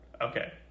Okay